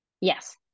Yes